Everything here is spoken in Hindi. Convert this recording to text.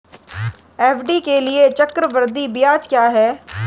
एफ.डी के लिए चक्रवृद्धि ब्याज क्या है?